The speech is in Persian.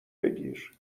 بگیر